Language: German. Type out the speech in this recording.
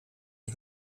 der